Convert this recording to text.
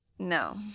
No